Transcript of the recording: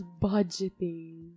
budgeting